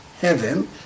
heaven